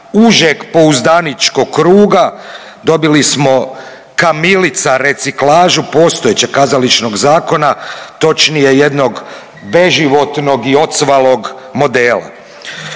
užeg pouzdaničkog kruga, dobili smo kamilica reciklažu postojećeg kazališnog zakona, točnije jednog beživotnog i ocvalog modela.